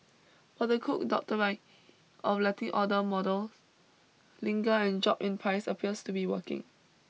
but the Cook Doctrine of letting older model linger and drop in price appears to be working